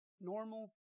normal